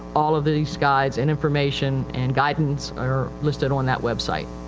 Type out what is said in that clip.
all of these guides and information and guidance are listed on that website.